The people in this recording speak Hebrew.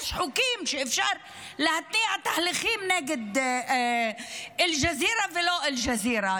יש חוקים שאפשר להתניע תהליכים נגד אל-ג'זירה ולא אל-ג'זירה.